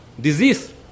disease